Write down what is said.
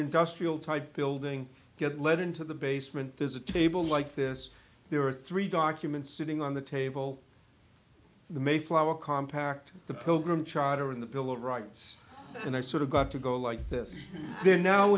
industrial type building get let into the basement there's a table like this there are three documents sitting on the table the mayflower compact the pilgrim charter and the bill of rights and i sort of got to go like this then now